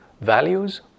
values